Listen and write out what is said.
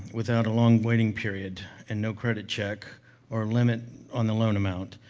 without a long waiting period and no credit check or limit on the loan amount.